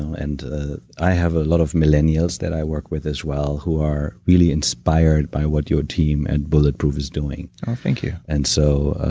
and ah i have a lot of millennials that i work with, as well, who are really inspired by what your team and bulletproof is doing oh, thank you and so